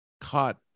caught